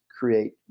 Create